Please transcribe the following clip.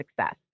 success